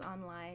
online